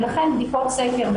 לכן בדיקות סקר,